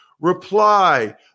reply